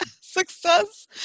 success